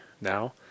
now